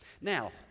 Now